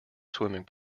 swimming